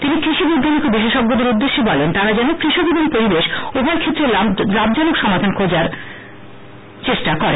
তিনি কৃষি বৈজ্ঞানিক ও বিশেষজ্ঞদের উদ্দেশ্যে বলেন তারা যেন কৃষক এবং পরিবেশ উভয় ক্ষেত্রের লাভজনক সমাধান খোঁজার চেষ্টা করেন